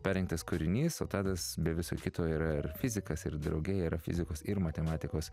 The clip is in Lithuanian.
parengtas kūrinys o tadas be viso kito yra ir fizikas ir drauge yra fizikos ir matematikos